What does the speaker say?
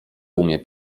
umie